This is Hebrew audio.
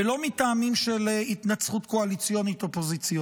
ולא מטעמים של התנצחות קואליציונית-אופוזיציונית,